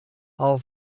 all